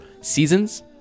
Seasons